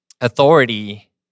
authority